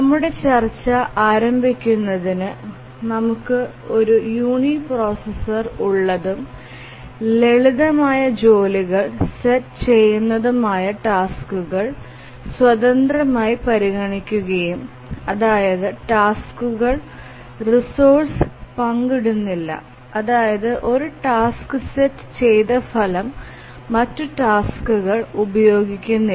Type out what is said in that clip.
നമ്മുടെ ചർച്ച ആരംഭിക്കുന്നതിന് നമുക്ക് ഒരു യൂണിപ്രൊസസ്സർ ഉള്ളതും ലളിതമായ ജോലികൾ സെറ്റ് ചെയുന്നതുമായ ടാസ്ക്കുകൾ സ്വതന്ത്രമായി പരിഗണിക്കും അതായത് ടാസ്ക്കുകൾ റിസോഴ്സ്സ് പങ്കിടുന്നില്ല അതായത് ഒരു ടാസ്ക് സെറ്റ് ചെയ്ത ഫലം മറ്റ് ടാസ്ക്കുകൾ ഉപയോഗിക്കുന്നില്ല